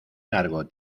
largo